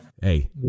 Hey